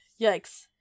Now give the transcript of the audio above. Yikes